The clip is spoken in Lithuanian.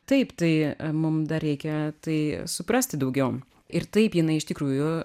taip tai mum dar reikia tai suprasti daugiau ir taip jinai iš tikrųjų